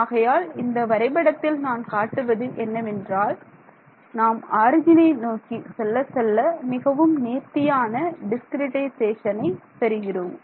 ஆகையால் இந்த வரைபடத்தில் நான் காட்டுவது என்னவென்றால் நாம் ஆரிஜினை நோக்கி செல்ல செல்ல மிகவும் நேர்த்தியான டிஸ்கிரிட்டைசேஷனை நாம் பெறுகிறோம்